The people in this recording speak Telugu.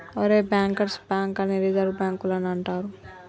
ఒరేయ్ బ్యాంకర్స్ బాంక్ లని రిజర్వ్ బాంకులని అంటారు